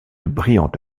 brillante